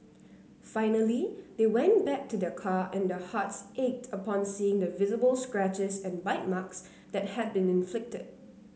finally they went back to their car and their hearts ached upon seeing the visible scratches and bite marks that had been inflicted